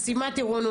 סיימה טירונות,